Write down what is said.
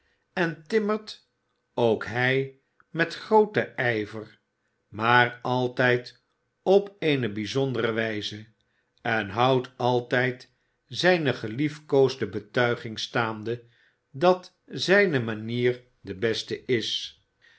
en timmert ook hij met grooten ijver maar altijd op eene bijzondere wijze en houdt altijd zijne geliefkoosde betuiging staande dat zijne manier de beste is